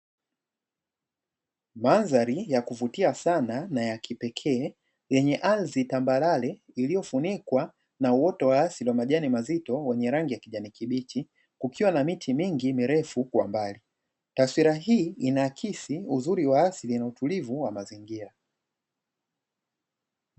Mandhari ya kuvutia sana na ya kipekee yenye ardhi tambarare, iliyofunikwa na uoto wa asili wa majani mazito wenye rangi ya kijani kibichi, kukiwa na miti mingi mirefu kwa mbali. Taswira hii inaakisi uzuri wa asili na utulivu wa mazingira.